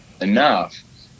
enough